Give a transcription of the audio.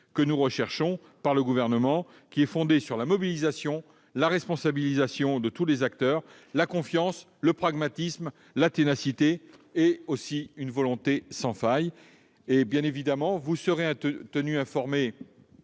dynamique recherchée par le Gouvernement, qui est fondée sur la mobilisation, la responsabilisation de tous les acteurs, la confiance, le pragmatisme, la ténacité, une volonté sans faille. Vous serez bien évidemment tenus informés